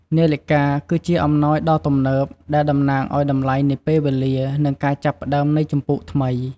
នាឡិកា គឺជាអំណោយដ៏ទំនើប ដែលតំណាងឱ្យតម្លៃនៃពេលវេលា និងការចាប់ផ្តើមនៃជំពូកថ្មី។